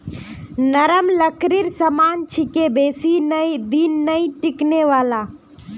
नरम लकड़ीर सामान छिके बेसी दिन नइ टिकने वाला